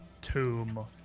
tomb